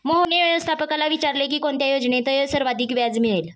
मोहनने व्यवस्थापकाला विचारले की कोणत्या योजनेत सर्वाधिक व्याज मिळेल?